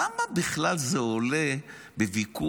למה בכלל זה עולה בוויכוח?